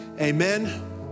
Amen